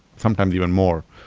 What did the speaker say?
sometimes even more,